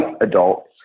adults